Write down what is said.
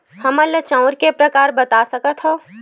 हमन ला चांउर के प्रकार बता सकत हव?